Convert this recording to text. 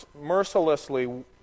mercilessly